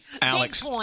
Alex